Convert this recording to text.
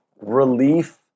relief